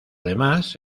demás